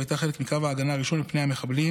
והייתה חלק מקו ההגנה הראשון מפני המחבלים